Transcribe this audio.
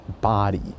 body